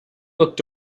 looked